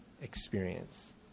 experience